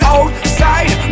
Outside